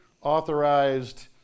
authorized